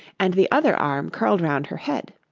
and the other arm curled round her head.